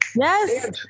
yes